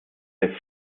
der